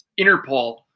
Interpol